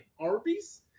Arby's